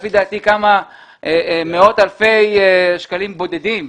לפי דעתי כמה מאות אלפי שקלים בודדים.